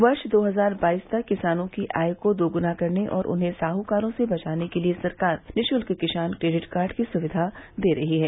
वर्ष दो हजार बाइस तक किसानों की आय को दोगुना करने और उन्हें साहकारों से बचाने के लिए सरकार निःशुल्क किसान क्रेडिट कार्ड की सुविधा दे रही है